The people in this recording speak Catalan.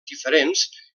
diferents